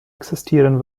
existieren